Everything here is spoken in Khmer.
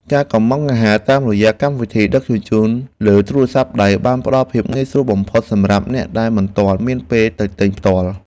ការកម្ម៉ង់អាហារតាមរយៈកម្មវិធីដឹកជញ្ជូនលើទូរស័ព្ទដៃបានផ្ដល់ភាពងាយស្រួលបំផុតសម្រាប់អ្នកដែលមិនមានពេលទៅទិញផ្ទាល់។